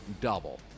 double